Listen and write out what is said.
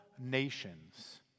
nations